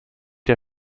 der